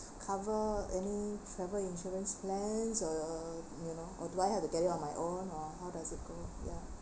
cover any travel insurance plan or you know or do I have to get it on my own or how does it go ya